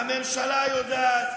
הצבא יודע, שר הביטחון יודע, הממשלה יודעת,